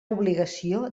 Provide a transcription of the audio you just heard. obligació